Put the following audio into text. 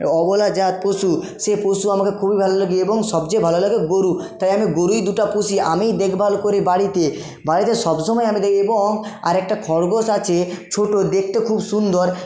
অবোলা জাত পশু সে পশু আমাকে খুবই ভালো লাগে এবং সবচেয়ে ভালো লাগে গোরু তাই আমি গোরুই দুটো পুষি আমিই দেখভাল করি বাড়িতে বাড়িতে সবসময় আমি এবং আরেকটা খরগোশ আছে ছোটো দেখতে খুব সুন্দর